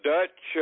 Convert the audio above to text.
Dutch